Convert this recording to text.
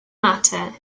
matter